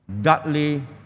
Dudley